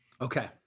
Okay